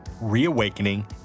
reawakening